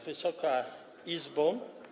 Wysoka Izbo!